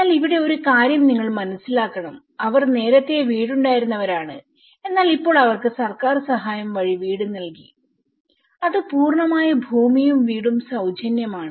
എന്നാൽ ഇവിടെ ഒരു കാര്യം നിങ്ങൾ മനസ്സിലാക്കണം അവർ നേരത്തെ വീടുണ്ടായിരുന്നവരാണ് എന്നാൽ ഇപ്പോൾ അവർക്ക് സർക്കാർ സഹായം വഴി വീട് നൽകി അത് പൂർണ്ണമായും ഭൂമിയും വീടും സൌജന്യമാണ്